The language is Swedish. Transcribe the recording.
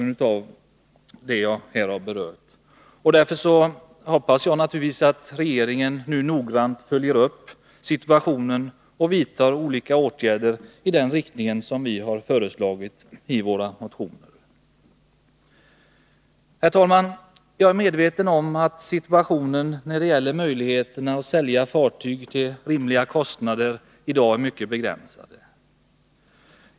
Därför hoppas jag naturligtvis att regeringen nu noggrant följer upp situationen och vidtar olika åtgärder i den riktning som vi har föreslagit i våra motioner. Herr talman! Jag är medveten om att möjligheterna att sälja fartyg till rimliga kostnader i dag är mycket begränsade.